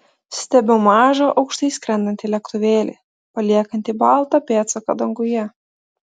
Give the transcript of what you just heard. stebiu mažą aukštai skrendantį lėktuvėlį paliekantį baltą pėdsaką danguje